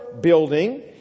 building